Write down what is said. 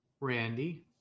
Randy